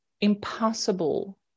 impossible